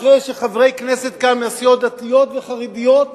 שחברי כנסת כאן, מסיעות דתיות וחרדיות וחילוניות,